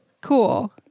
Cool